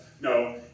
No